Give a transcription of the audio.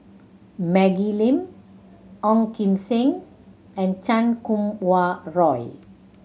Maggie Lim Ong Kim Seng and Chan Kum Wah Roy